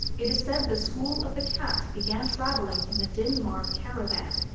it is said the school of the cat began travelling in the dyn marv caravan,